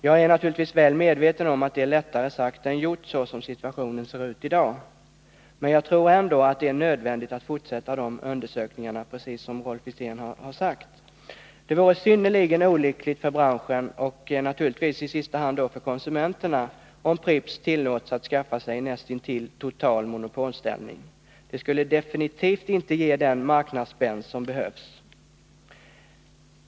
Jag är naturligtvis väl medveten om att det är lättare sagt än gjort, såsom situationen ser ut i dag, men jag tror ändå att det är nödvändigt att fortsätta de undersökningarna, såsom Rolf Wirtén har sagt. Det vore synnerligen olyckligt för branschen och naturligtvis då i sista hand för konsumenterna, om Pripps skulle tillåtas att skaffa sig näst intill total monopolställning. Det skulle definitivt inte ge den marknadsspänst som behövs.